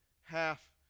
half